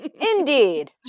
indeed